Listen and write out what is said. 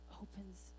opens